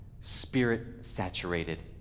Spirit-saturated